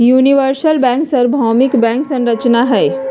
universal bank सर्वभौमिक bank संरचना हई